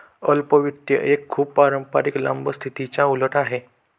अल्प वित्त एक खूप पारंपारिक लांब स्थितीच्या उलट आहे